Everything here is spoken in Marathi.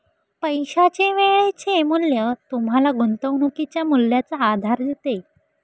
पैशाचे वेळेचे मूल्य तुम्हाला गुंतवणुकीच्या मूल्याचा आधार देते